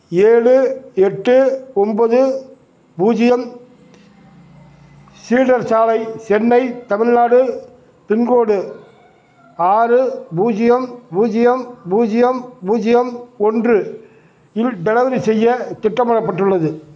ஏழு எட்டு ஒம்போது பூஜ்ஜியம் சீடர் சாலை சென்னை தமிழ்நாடு பின்கோடு ஆறு பூஜ்ஜியம் பூஜ்ஜியம் பூஜ்ஜியம் பூஜ்ஜியம் ஒன்று இல் டெலவரி செய்ய திட்டமிடப்பட்டுள்ளது